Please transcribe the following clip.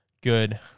good